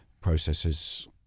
processes